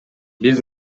биз